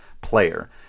player